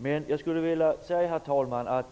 Men jag skulle vilja säga, herr talman, att